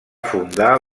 fundar